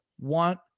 want